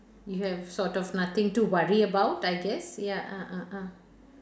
you have sort of nothing to worry about I guess ya ah ah ah